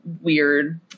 weird